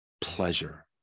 pleasure